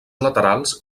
laterals